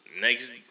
next